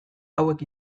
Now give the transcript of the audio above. hauek